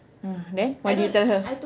uh then what did you tell her